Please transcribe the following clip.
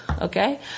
Okay